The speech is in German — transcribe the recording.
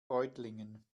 reutlingen